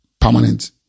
permanent